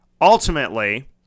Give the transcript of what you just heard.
Ultimately